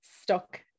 stuck